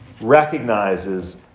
recognizes